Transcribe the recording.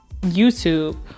YouTube